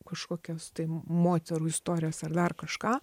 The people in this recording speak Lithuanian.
kažkokios tai moterų istorijos ar dar kažką